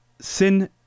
sin